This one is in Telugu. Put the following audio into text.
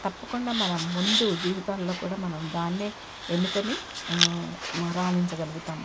తప్పకుండా మనం ముందు జీవితంలో కూడా మనం దానినే ఎన్నుకొని రాణించగలుగుతాము